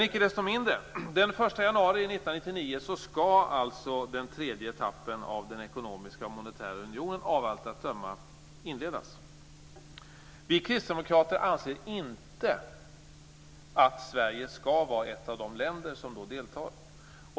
Icke desto mindre - den 1 januari 1999 skall den tredje etappen av den ekonomiska och monetära unionen av allt att döma inledas. Vi kristdemokrater anser inte att Sverige skall vara ett av de länder som deltar.